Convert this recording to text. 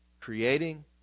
creating